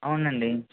అవును అండి